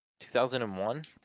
2001